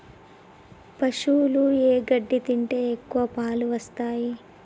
పశువులు ఏ గడ్డి తింటే ఎక్కువ పాలు ఇస్తాయి?